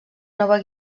nova